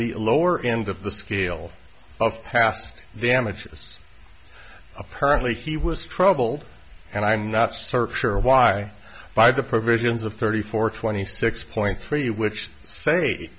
the lower end of the scale of past damages apparently he was troubled and i'm not searcher why buy the provisions of thirty four twenty six point three which say